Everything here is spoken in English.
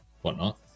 whatnot